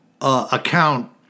account